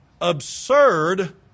absurd